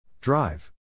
Drive